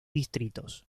distritos